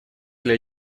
для